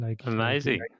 Amazing